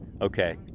okay